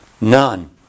None